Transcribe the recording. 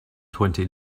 twenty